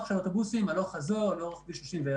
אוטובוסים הלוך חזור לאורך כביש 31